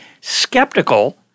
skeptical